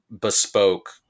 bespoke